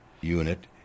Unit